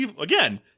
Again